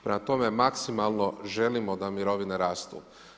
Prema tome, maksimalno želimo da mirovine rastu.